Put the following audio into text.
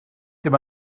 ddim